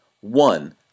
one